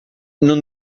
non